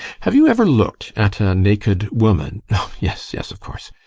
have you ever looked at a naked woman oh yes, yes, of course!